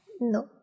No